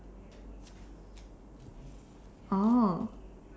oh